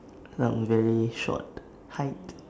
some very short height